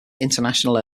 international